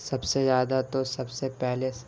سب سے زیادہ تو سب سے پہلے